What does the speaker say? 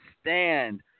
stand